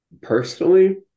personally